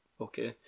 okay